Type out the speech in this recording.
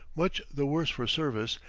much the worse for service,